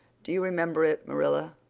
do you remember it, marilla?